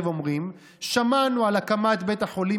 אומרים: שמענו על הקמת בית החולים,